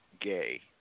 Gay